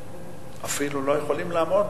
אפילו לא יכולים לעמוד,